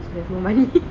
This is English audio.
is to have no money